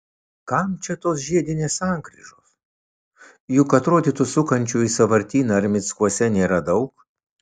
kam čia tos žiedinės sankryžos juk atrodytų sukančiųjų į sąvartyną ar mickuose nėra daug